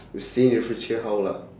we seeing the future how lah